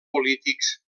polítics